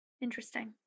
Interesting